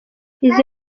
izi